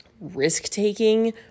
risk-taking